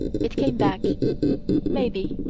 it came back maybe.